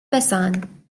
pesan